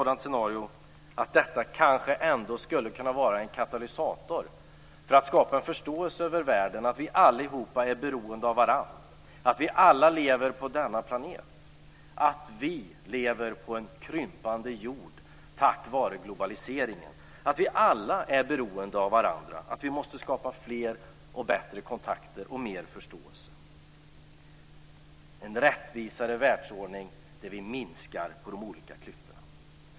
Det var att detta ändå skulle kunna vara en katalysator för att skapa en förståelse över världen om att vi allihop är beroende av varandra, att vi alla lever på denna planet, att vi lever på en krympande jord tack vare globaliseringen, att vi alla är beroende av varandra, att vi måste skapa fler och bättre kontakter och större förståelse. Vi måste skapa en rättvisare världsordning där vi minskar de olika klyftorna.